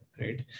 right